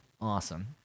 Awesome